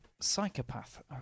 Psychopath